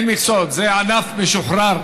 אין מכסות, זה ענף משוחרר.